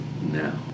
now